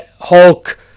Hulk